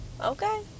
okay